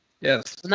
Yes